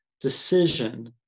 decision